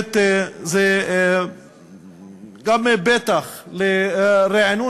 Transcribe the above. שבאמת זה גם פתח לרענון